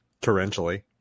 torrentially